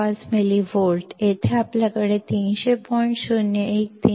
5 millivolt येथे आपल्याकडे 300